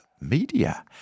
Media